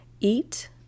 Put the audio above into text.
eat